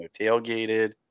tailgated